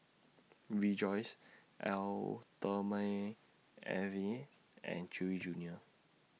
Rejoice Eau Thermale Avene and Chewy Junior